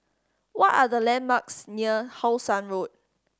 what are the landmarks near How Sun Road